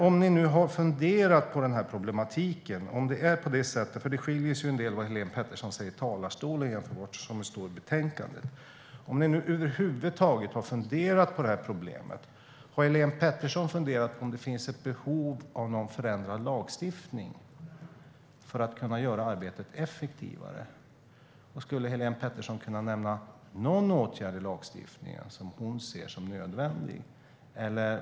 Om ni har funderat över problemet - det skiljer sig en del i vad Helene Petersson säger i talarstolen jämfört med vad som står i betänkandet - undrar jag om Helene Petersson har funderat över om det finns behov av en förändrad lagstiftning för att kunna göra arbetet effektivare. Kan Helene Petersson nämna någon åtgärd i lagstiftningen som hon ser som nödvändig?